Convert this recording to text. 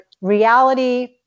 reality